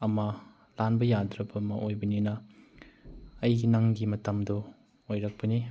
ꯑꯃ ꯂꯥꯟꯕ ꯌꯥꯗ꯭ꯔꯕ ꯑꯃ ꯑꯣꯏꯕꯅꯤꯅ ꯑꯩꯒꯤ ꯅꯪꯒꯤ ꯃꯇꯝꯗꯨ ꯑꯣꯏꯔꯛꯄꯅꯤ